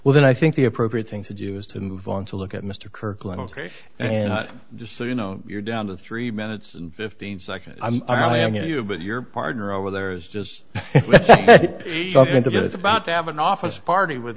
well then i think the appropriate thing to do is to move on to look at mr kirkland ok and just so you know you're down to three minutes and fifteen seconds are i am you but your partner over there is just about to have an office party with